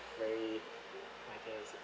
very is it